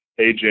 AJ